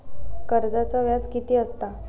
कर्जाचा व्याज कीती असता?